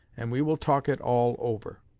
and we will talk it all over